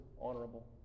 honorable